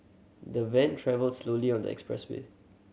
the van travelled slowly on the expressway